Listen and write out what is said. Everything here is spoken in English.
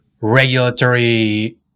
regulatory